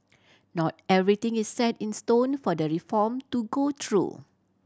not everything is set in stone for the reform to go through